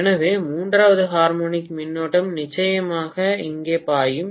எனவே மூன்றாவது ஹார்மோனிக் மின்னோட்டம் நிச்சயமாக இங்கே பாயும்